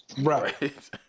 right